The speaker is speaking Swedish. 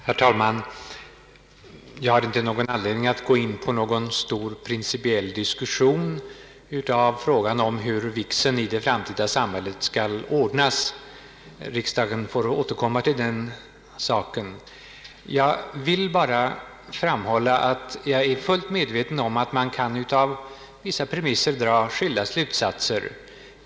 Herr talman! Jag har inte någon anledning att gå in i någon stor principiell diskussion i frågan om hur vigseln i det framtida samhället skall ordnas. Riksdagen får återkomma till den saken. Jag vill bara framhålla att jag är fullt medveten om att man av vissa premisser kan dra skilda slutsatser.